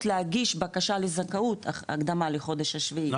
להגיש בקשה לזכאות הקדמה לחודש השביעי,